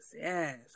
yes